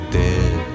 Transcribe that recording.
dead